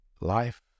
Life